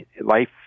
life